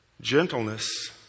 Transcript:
Gentleness